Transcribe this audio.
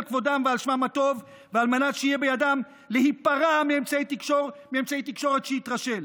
כבודם ועל שמם הטוב ועל מנת שיהיה בידם להיפרע מאמצעי תקשורת שהתרשל.